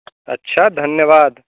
अच्छा धन्यवाद